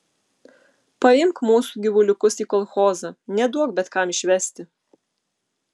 paimk mūsų gyvuliukus į kolchozą neduok bet kam išvesti